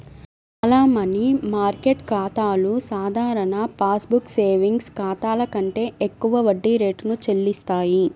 చాలా money market ఖాతాలు సాధారణ పాస్ బుక్ సేవింగ్స్ ఖాతాల కంటే ఎక్కువ వడ్డీ రేటును చెల్లిస్తాయి